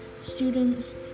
students